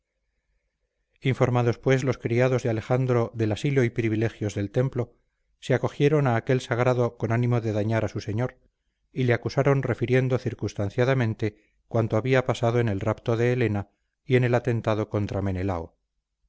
informados pues los criados de alejandro del asilo y privilegios del templo se acogieron a aquel sagrado con ánimo de dañar a su señor y le acusaron refiriendo circunstanciadamente cuanto había pasado en el rapto de helena y en el atentado contra menelao